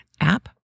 app